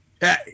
Hey